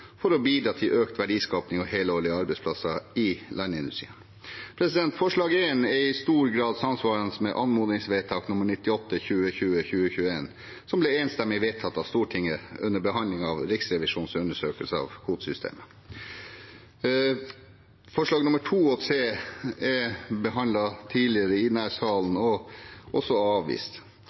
for å bidra til økt verdiskaping og helårige arbeidsplasser i landindustrien. Forslag nr. 1 er i stor grad samsvarende med anmodningsvedtak nr. 98 for 2020–2021, som ble enstemmig vedtatt av Stortinget under behandling av Riksrevisjonens undersøkelse av kvotesystemet. Forslagene nr. 2 og 3 er behandlet tidligere i denne salen og avvist.